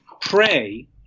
pray